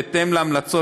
בהתאם להמלצות